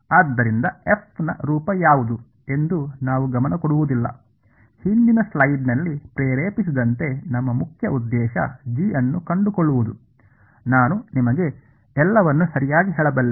ಆದ್ದರಿಂದ f ನ ರೂಪ ಯಾವುದು ಎಂದು ನಾವು ಗಮನ ಕೊಡುವುದಿಲ್ಲ ಹಿಂದಿನ ಸ್ಲೈಡ್ನಲ್ಲಿ ಪ್ರೇರೇಪಿಸಿದಂತೆ ನಮ್ಮ ಮುಖ್ಯ ಉದ್ದೇಶ g ನ್ನು ಕಂಡುಕೊಳ್ಳುವುದು ನಾನು ನಿಮಗೆ ಎಲ್ಲವನ್ನೂ ಸರಿಯಾಗಿ ಹೇಳಬಲ್ಲೆ